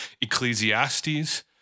Ecclesiastes